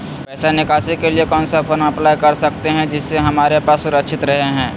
पैसा निकासी के लिए कौन सा फॉर्म अप्लाई कर सकते हैं जिससे हमारे पैसा सुरक्षित रहे हैं?